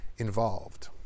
involved